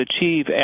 Achieve